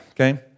okay